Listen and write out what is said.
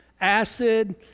acid